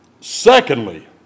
Secondly